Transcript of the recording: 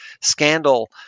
scandal